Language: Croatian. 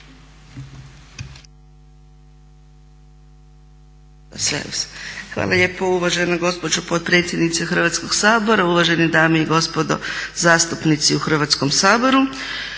Hvala lijepa uvažena gospođo potpredsjednice Hrvatskoga sabora, uvažene dame i gospodo zastupnici u Hrvatskom saboru.